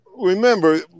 remember